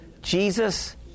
Jesus